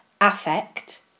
affect